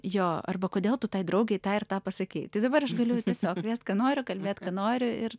jo arba kodėl tu tai draugei tą ir tą pasakei tai dabar aš galiu tiesiog kviest ką noriu kalbėt ką noriu ir